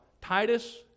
Titus